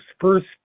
first